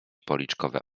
policzkowe